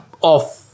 off